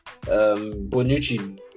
bonucci